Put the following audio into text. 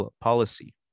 policy